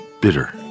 bitter